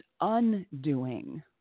undoing